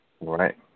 right